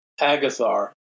Agathar